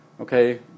okay